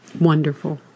Wonderful